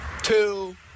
two